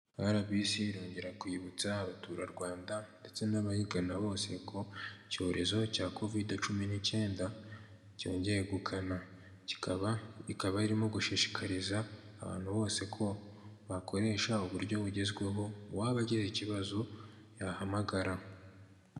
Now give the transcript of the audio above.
RBC irongera kwibutsa abaturarwanda ndetse n'abayigana bose ko icyorezo cya covide cumi n'icyenda cyongeye gukana, ikaba irimo gushishikariza abantu bose ko bakoresha uburyo bugezweho uwaba agize ikibazo yahamagara.